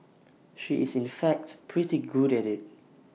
she is in fact pretty good at IT